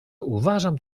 uważam